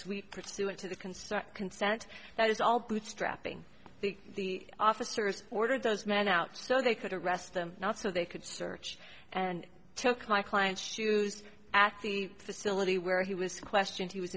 suite pursuant to the concert consent that is all bootstrapping the officers ordered those men out so they could arrest them not so they could search and took my client's shoes at the facility where he was questioned he was